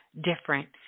different